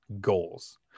goals